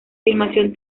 filmación